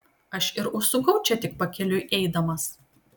aš ir užsukau čia tik pakeliui eidamas